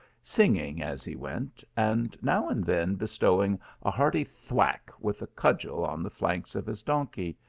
singing as he went, and now and then bestowing a hearty thwack with a cudgel on the flanks of his donkey,